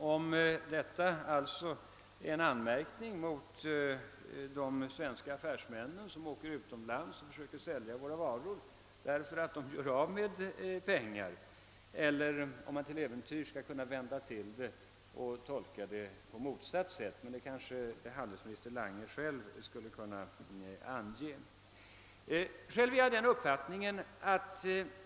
Är det en anmärkning mot de svenska affärsmännen för att de åker utomlands och försöker sälja våra varor och på så sätt gör av med pengar, eller kan man till äventyrs tolka det på motsatt sätt? Det kanske handelsministern själv kan tala om.